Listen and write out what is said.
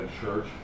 church